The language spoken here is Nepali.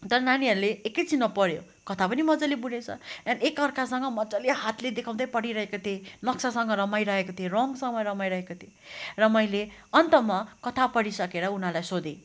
तर नानीहरूले एकैछिनमा पढ्यो कथा पनि मजले बुझेछ त्यहाँदेखि एकार्कासँग मज्जाले हातले देखाउँदै पढिरहेका थिए नक्सासँग रमाइरहेका थिए रङसँग रमाइरहेका थिए र मैले अन्तमा कथा पढिसकेर उनीहरूलाई सोधेँ